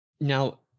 Now